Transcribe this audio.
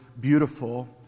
beautiful